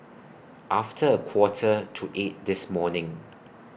after A Quarter to eight This morning